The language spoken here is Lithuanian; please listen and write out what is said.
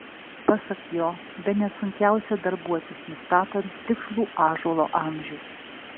pasak jo bene sunkiausia darbuotis nustatant tikslų ąžuolo amžių